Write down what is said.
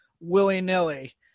willy-nilly